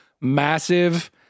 massive